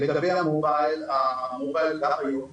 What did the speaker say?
לגבי המובייל, המובייל גם היום מונגש,